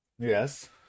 Yes